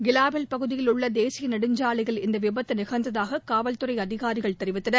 கெலாபில் பகுதியில் உள்ள தேசிய நெடுஞ்சாலையில் இந்த விபத்து நிகழ்ந்ததாக காவல்துறை அதிகாரிகள் தெரிவித்தனர்